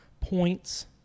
points